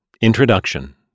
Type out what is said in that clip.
Introduction